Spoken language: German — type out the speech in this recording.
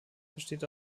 besteht